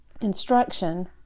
instruction